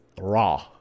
raw